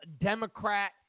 Democrat